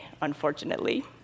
unfortunately